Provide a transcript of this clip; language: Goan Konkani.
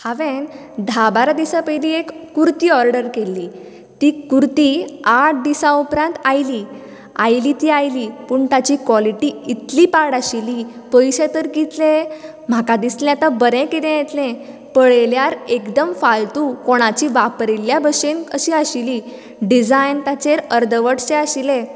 हांवेंन धा बारा दिसा पयलीं एक कुर्ती ऑर्डर केल्ली ती कुर्ती आठ दिसां उपरांत आयली आयली ती आयली पूण ताची कॉलीटी इतली पाड आशिल्ली पयशे तर कितले म्हाका दिसले आता बरें कितें येतले पळयल्यार एकदम फालतू कोणाची वापरिल्या बशेन अशी आशिल्ली डिजायन ताचेर अर्दवटसो आशिल्ले